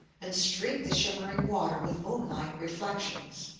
and streak the shimmering water with moon-like reflections.